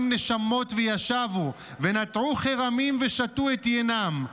נשמות וישבו ונטעו כרמים ושתו את יינם,